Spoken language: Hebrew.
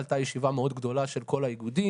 הייתה ישיבה מאוד גדולה של כל האיגודים,